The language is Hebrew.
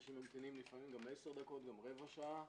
אנשים ממתינים לפעמים גם עשר דקות ורבע שעה.